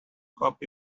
copy